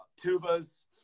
tubas